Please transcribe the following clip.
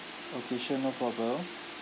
okay sure no problem